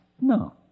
No